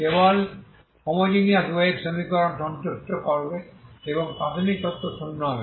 কেবল homogeneous wave সমীকরণকে সন্তুষ্ট করবে এবং প্রাথমিক তথ্য শূন্য হবে